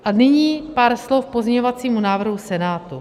A nyní pár slov k pozměňovacímu návrhu Senátu.